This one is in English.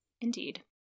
Indeed